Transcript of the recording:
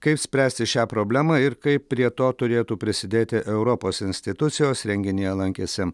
kaip spręsti šią problemą ir kaip prie to turėtų prisidėti europos institucijos renginyje lankėsi